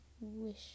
wish